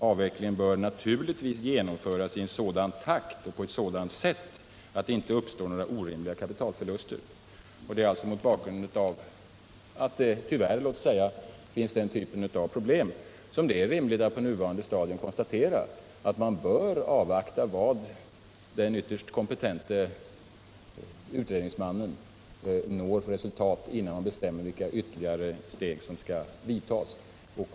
Avvecklingen bör naturligtvis genomföras i en sådan takt och på ett sådant sätt att det inte uppstår några orimliga kapitalförluster.” Mot bakgrund av att det — tyvärr — finns problem av detta slag är det rimligt att avvakta vilka resultat den ytterst kompetente utredningsmannen når, innan man bestämmer vilka ytterligare steg som skall tas.